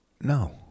No